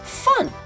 fun